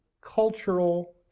cultural